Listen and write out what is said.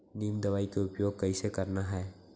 नीम दवई के उपयोग कइसे करना है?